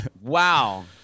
Wow